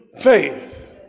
faith